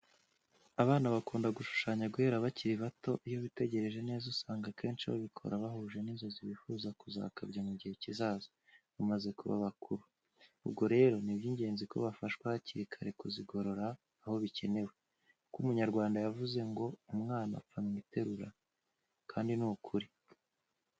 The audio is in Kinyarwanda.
Abana bakunda gushushanya guhera bakiri bato, iyo witegereje neza usanga akenshi babikora bahuje n'inzozi bifuza kuzakabya mu gihe kizaza, bamaze kuba bakuru; ubwo rero ni iby'ingenzi ko bafashwa hakiri kare kuzigorora aho bikenewe, kuko umunyarwanda yavuze ngo ''umwana apfa mu iterura'', kandi ni ukuri.